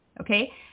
Okay